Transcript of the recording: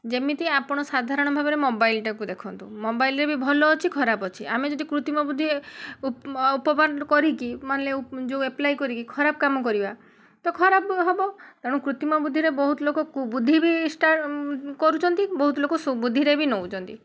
ଯେମିତି ଆପଣ ସାଧାରଣ ଭାବରେ ମୋବାଇଲଟାକୁ ଦେଖନ୍ତୁ ମୋବାଇଲରେ ବି ଭଲ ଅଛି ଖରାପ ଅଛି ଆମେ ଯଦି କୃତିମ ବୁଦ୍ଧି କରିକି ମାନେ ଯୋଉ ଆପ୍ଲାଏ କରିକି ଖରାପ କାମ କରିବା ତ ଖରାପ ହେବ ତେଣୁ କୃତିମ ବୁଦ୍ଧିରେ ବହୁତ ଲୋକ କୁବୁଦ୍ଧି ବି ଷ୍ଟାର୍ଟ କରୁଛନ୍ତି ବହୁତ ଲୋକ ସୁବୁଦ୍ଧିରେ ବି ନେଉଛନ୍ତି